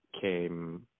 came